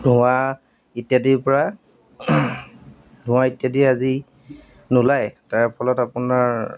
ধোঁৱা ইত্যাদিৰ পৰা ধোঁৱা ইত্যাদি আজি নোলায় তাৰ ফলত আপোনাৰ